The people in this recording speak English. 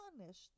punished